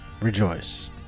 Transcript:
Rejoice